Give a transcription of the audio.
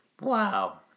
Wow